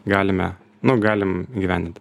galime nu galim įgyvendint